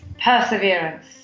perseverance